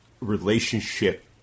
relationship